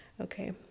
okay